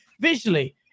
visually